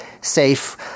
safe